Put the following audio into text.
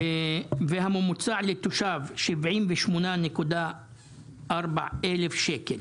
הממוצע לתושב ערבי הוא 78.4 אלף שקל.